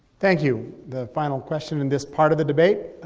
thank you. the final question in this part of the debate,